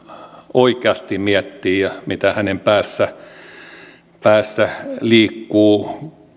oikeasti miettii ja mitä hänen päässään liikkuu